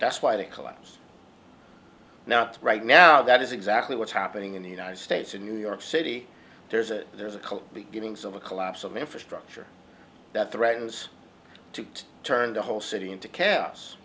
that's why the collapse now right now that is exactly what's happening in the united states in new york city there's a there's a cult beginnings of a collapse of infrastructure that threatens to turn the whole city into c